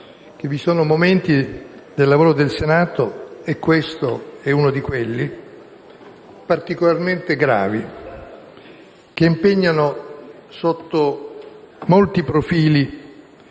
vi sono momenti del lavoro del Senato - e questo è uno di quelli - particolarmente gravi, che impegnano sotto molti profili